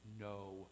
no